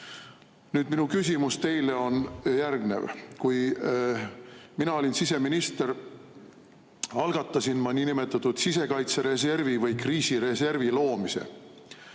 küsimus teile on järgnev. Kui mina olin siseminister, algatasin ma niinimetatud sisekaitsereservi või kriisireservi loomise.